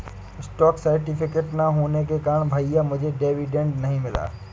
stock certificate ना होने के कारण भैया मुझे डिविडेंड नहीं मिला